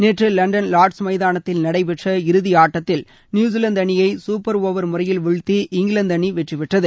நேற்று London Lord's மைதானத்தில் நடைபெற்ற இறுதி ஆட்டத்தில் நியூசிலாந்து அணியை சூப்பர் ஓவர் முறையில் வீழ்த்தி இங்கிலாந்து அணி வெற்றி பெற்றது